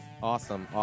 Awesome